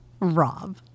Rob